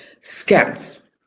scams